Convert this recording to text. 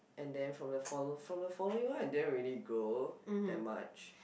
and then from the follow~ from the following one I didn't really grow that much